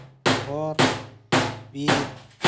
ᱦᱚᱨ ᱵᱤᱨ